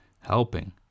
helping